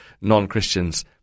non-Christians